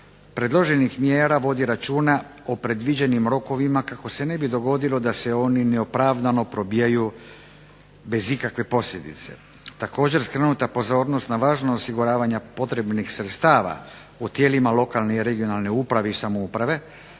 predloženih mjera vodi računa o predviđenim rokovima kako se ne bi dogodilo da se oni neopravdano probijaju bez ikakve posljedice. Također je skrenuta pozornost na važnost osiguravanja potrebnih sredstava u tijelima lokalne i regionalne uprave i samouprave